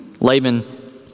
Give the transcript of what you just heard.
Laban